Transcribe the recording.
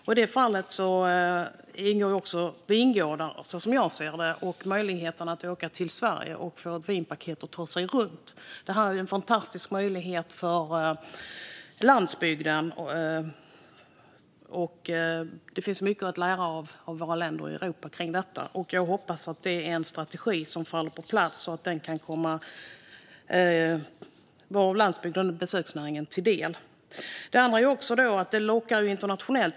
Här ingår också, som jag ser det, vingårdar och möjligheten att åka till Sverige, köpa ett vinpaket och ta sig runt. Det är en fantastisk möjlighet för landsbygden, och det finns mycket att lära om detta av andra länder ute i Europa. Jag hoppas att strategin kommer på plats och kommer landsbygden och besöksnäringen till del. Det skulle även locka människor internationellt.